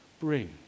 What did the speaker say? bring